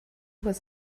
was